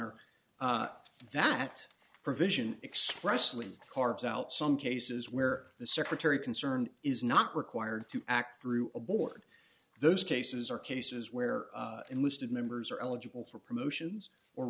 honor that provision expressly carves out some cases where the secretary concerned is not required to act through a board those cases or cases where enlisted members are eligible for promotions or